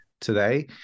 today